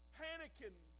panicking